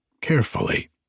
carefully